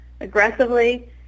aggressively